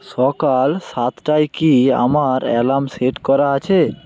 সকাল সাতটায় কি আমার অ্যালার্ম সেট করা আছে